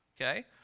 Okay